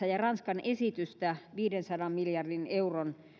ja ranskan esitystä viidensadan miljardin euron